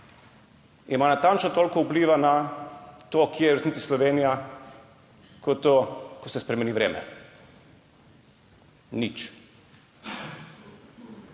ima natančno toliko vpliva na to, kje je v resnici Slovenija, kot to, ko se spremeni vreme. Nič.